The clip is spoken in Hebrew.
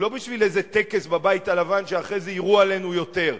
הוא לא בשביל איזה טקס בבית הלבן שאחרי זה יירו עלינו יותר,